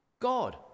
God